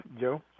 Joe